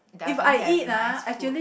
doesn't have nice food